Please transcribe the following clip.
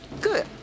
good